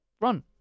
run